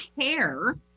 care